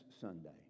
Sunday